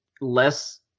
less